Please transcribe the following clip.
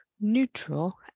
neutral